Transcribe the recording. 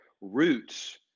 roots